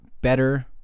better